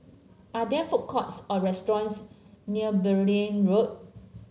are there food courts or restaurants near Beaulieu Road